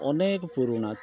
ଅନେକ ପୁରୁଣା